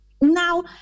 now